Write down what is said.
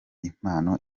impano